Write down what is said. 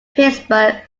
pittsburgh